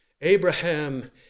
Abraham